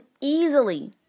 easily